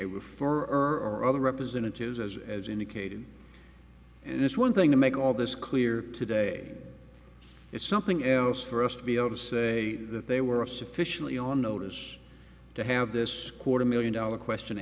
for or other representatives as as indicated and it's one thing to make all this clear today it's something else for us to be able to say that they were sufficiently on notice to have this quarter million dollar question